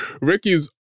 Ricky's